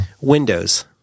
Windows